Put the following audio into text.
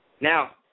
now